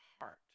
heart